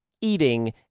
eating